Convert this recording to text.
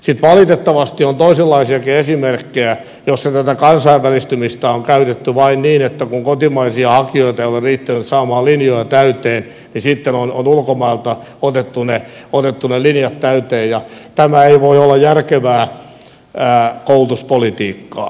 sitten valitettavasti on toisenlaisiakin esimerkkejä joissa tätä kansainvälistymistä on käytetty vain niin että kun kotimaisia hakijoita ei ole riittänyt saamaan linjoja täyteen niin sitten on ulkomailta otettu ne linjat täyteen ja tämä ei voi olla järkevää koulutuspolitiikkaa